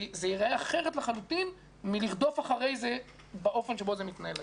זה יראה אחרת לחלוטין מלרדוף אחרי זה באופן שבו זה מתנהל היום.